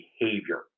behavior